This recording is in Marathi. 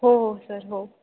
हो हो सर हो